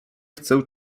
chcę